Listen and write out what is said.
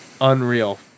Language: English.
unreal